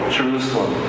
Jerusalem